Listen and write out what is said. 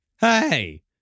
Hey